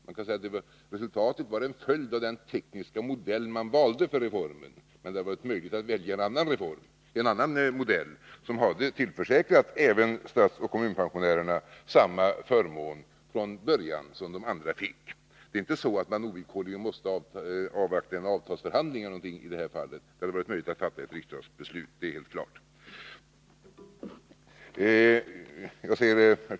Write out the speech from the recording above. Man kan säga att resultatet var en följd av den tekniska modell man valde för reformen, men att det hade varit möjligt att välja en annan modell som från början hade tillförsäkrat även statsoch kommunpensionärerna samma förmån som de andra fick. Det är inte så att man ovillkorligen måste avvakta en avtalsförhandling i det här fallet, utan det hade varit möjligt att fatta ett riksdagsbeslut — det är helt klart. Herr talman!